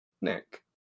Nick